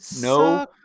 No